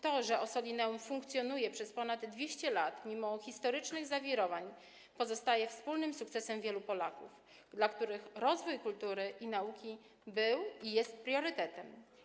To, że Ossolineum funkcjonuje przez ponad 200 lat mimo historycznych zawirowań, pozostaje wspólnym sukcesem wielu Polaków, dla których rozwój kultury i nauki był i jest priorytetem.